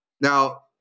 Now